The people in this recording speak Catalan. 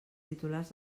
titulars